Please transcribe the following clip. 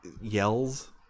yells